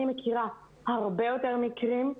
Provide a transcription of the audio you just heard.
אני מכירה הרבה יותר מקרים.